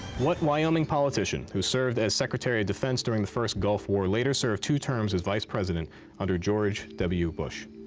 what wyoming politician, who served as secretary of defense during the first gulf war, later served two terms as vice president under george w. bush?